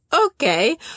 okay